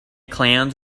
clowns